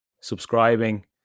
subscribing